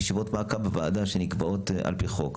ישיבות כאן בוועדה שנקבעות על פי חוק,